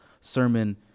sermon